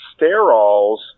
sterols